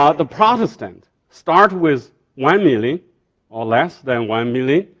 ah the protestant start with one million or less than one million.